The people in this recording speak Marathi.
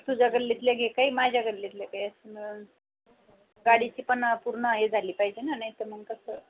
तुझ्या गल्लीतल्या घे काही माझ्या गल्लीतल्या काही असं मिळून गाडीची पण पूर्ण हे झाली पाहिजे ना नाही तर मग कसं